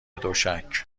تشک